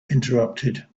interrupted